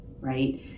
right